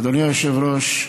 אדוני היושב-ראש,